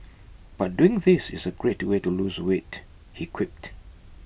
but doing this is A great way to lose weight he quipped